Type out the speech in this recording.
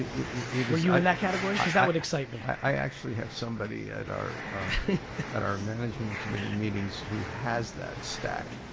ah were you in that category? because that would excite me. i actually have somebody at our at our management community meetings, who has that stack